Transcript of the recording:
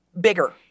bigger